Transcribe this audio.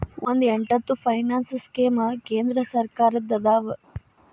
ಒಂದ್ ಎಂಟತ್ತು finance scheme ಕೇಂದ್ರ ಸರ್ಕಾರದ್ದ ಅದಾವ